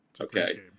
Okay